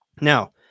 now